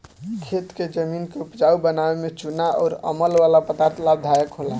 खेत के जमीन के उपजाऊ बनावे में चूना अउर अमल वाला पदार्थ लाभदायक होला